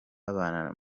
babana